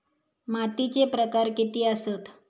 मातीचे प्रकार किती आसत?